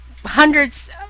hundreds